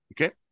Okay